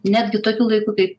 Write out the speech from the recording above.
netgi tokiu laiku kaip